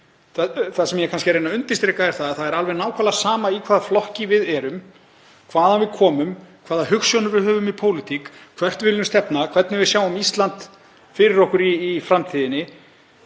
Það sem ég er kannski að reyna að undirstrika er að það er alveg nákvæmlega sama í hvaða flokki við erum, hvaðan við komum, hvaða hugsjónir við höfum í pólitík, hvert við viljum stefna, hvernig við sjáum Ísland fyrir okkur í framtíðinni,